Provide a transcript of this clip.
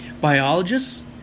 Biologists